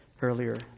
earlier